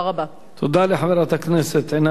תודה לחברת הכנסת עינת וילף.